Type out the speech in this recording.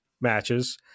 matches